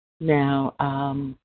Now